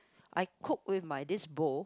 I cook with my this bowl